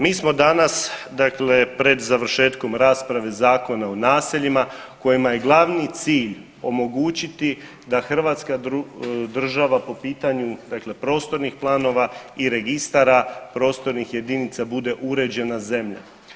Mi smo danas dakle pred završetkom rasprave Zakona o naseljima kojima je glavni cilj omogućiti da hrvatska država po pitanju dakle prostornih planova i registra prostornih jedinica bude uređena zemlja.